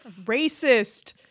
Racist